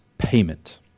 payment